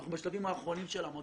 אנחנו בשלבים האחרונים של המודל,